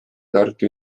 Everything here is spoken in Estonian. tartu